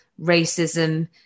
racism